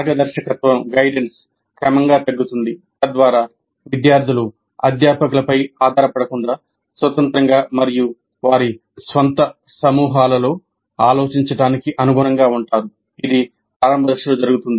మార్గదర్శకత్వం క్రమంగా తగ్గుతుంది తద్వారా విద్యార్థులు అధ్యాపకుల పై ఆధారపడకుండా స్వతంత్రంగా మరియు వారి స్వంత సమూహాలలో ఆలోచించటానికి అనుగుణంగా ఉంటారు ఇది ప్రారంభ దశలో జరుగుతుంది